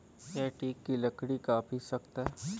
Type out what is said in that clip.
यह टीक की लकड़ी काफी सख्त है